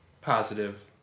positive